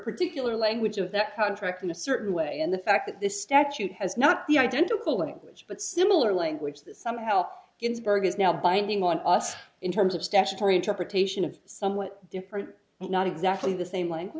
particular language of that contract in a certain way and the fact that this statute has not the identical language but similar language that some help ginsburg is now binding on us in terms of statutory interpretation of somewhat different but not exactly the same language